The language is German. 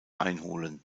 einholen